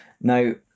Now